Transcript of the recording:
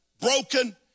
broken